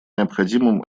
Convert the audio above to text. необходимым